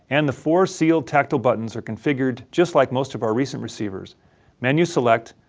and the four sealed tactile buttons are configured just like most of our recent receivers menu select,